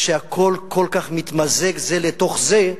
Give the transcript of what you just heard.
שהכול כל כך מתמזג זה לתוך זה,